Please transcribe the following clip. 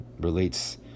relates